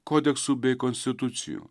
kodeksų bei konstitucijų